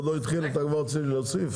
עוד לא התחיל אתם כבר רוצים להוסיף?